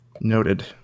Noted